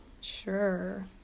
sure